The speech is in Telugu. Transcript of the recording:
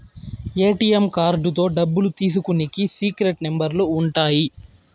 ఏ.టీ.యం కార్డుతో డబ్బులు తీసుకునికి సీక్రెట్ నెంబర్లు ఉంటాయి